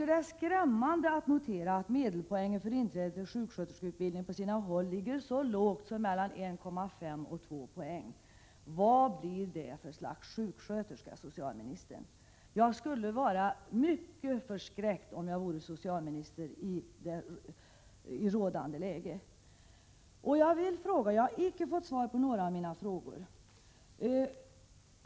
Det är skrämmande att notera att medelpoängen för intagning till sjuksköterskeutbildning på sina håll ligger så lågt som mellan 1,5 och 2 poäng. Vad får man då för slags sjuksköterskor, socialministern? I rådande läge skulle jag bli mycket förskräckt av detta faktum, om jag vore socialminister. Jag har icke fått svar på några av mina frågor.